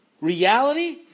Reality